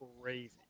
crazy